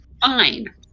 fine